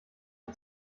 ich